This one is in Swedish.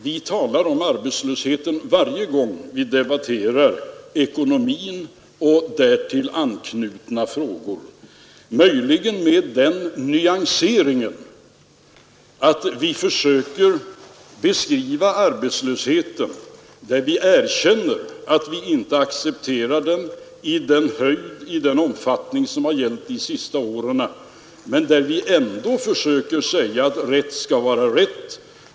Vi talar om arbetslösheten varje gång vi debatterar ekonomin och därtill anknutna frågor, möjligen med den nyanseringen att vi försöker beskriva arbetslösheten, att vi erkänner att vi inte accepterar den i den omfattning som har gällt de senaste åren men ändå försöker säga att rätt skall vara rätt.